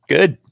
Good